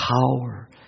power